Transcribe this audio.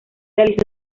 realizó